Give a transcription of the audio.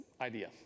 idea